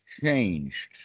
changed